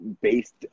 based